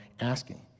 asking